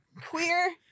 queer